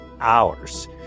hours